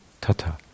Tata